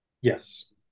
Yes